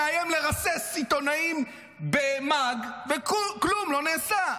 מאיים לרסס עיתונאים במאג וכלום לא נעשה,